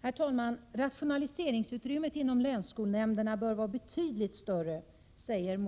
Herr talman! Moderaterna säger i reservation 3 att ”rationaliseringsutrymmet inom länsskolnämnderna bör vara betydligt större”.